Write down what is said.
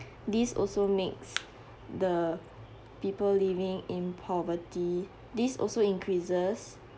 this also makes the people living in poverty this also increases